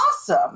awesome